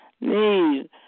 need